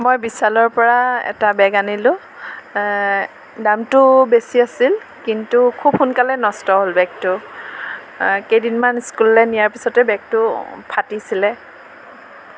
মই বিশালৰ পৰা এটা বেগ আনিলোঁ দামটো বেছি আছিল কিন্তু খুব সোনকালে নষ্ট হ'ল বেগটো কেইদিনমান স্কুললৈ নিয়াৰ পিছতে বেগটো ফাটিছিলে